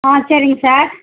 ஆ சரிங்க சார்